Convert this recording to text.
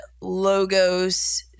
Logos